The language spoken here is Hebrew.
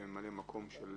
אני ממלא מקום של